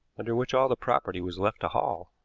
under which all the property was left to hall.